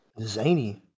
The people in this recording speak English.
Zany